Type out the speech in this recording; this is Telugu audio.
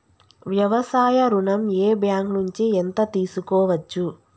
వ్యవసాయ ఋణం ఏ బ్యాంక్ నుంచి ఎంత తీసుకోవచ్చు?